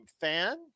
fan